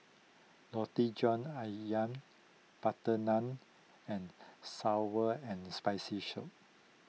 Roti John Ayam Butter Naan and Sour and Spicy show